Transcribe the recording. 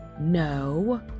no